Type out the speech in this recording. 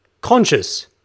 conscious